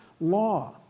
law